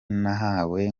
nahawe